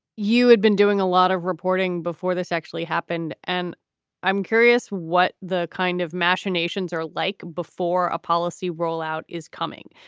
you had been doing a lot of reporting before this actually happened. and i'm curious what the kind of machinations are like before a policy rollout is coming.